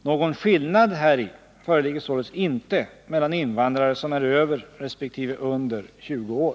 Någon skillnad häri föreligger således inte mellan invandrare som är över resp. under 20 år.